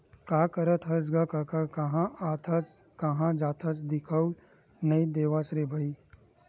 का करत हस गा कका काँहा आथस काँहा जाथस दिखउले नइ देवस रे भई?